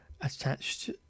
attached